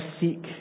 seek